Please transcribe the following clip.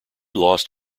lost